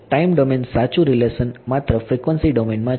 time domain સાચું relation માત્ર frequency ડોમેનમાં છે